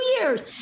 years